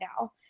now